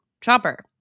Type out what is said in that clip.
Chopper